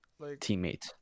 teammate